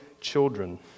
children